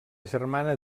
germana